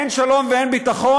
אין שלום ואין ביטחון,